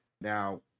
Now